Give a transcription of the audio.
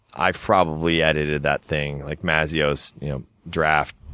i've probably edited that thing, like mazio's draft,